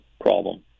problem